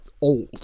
old